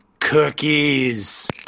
cookies